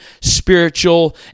spiritual